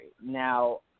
Now